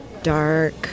Dark